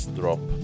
drop